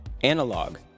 Analog